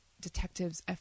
detectives